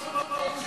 למה פסול?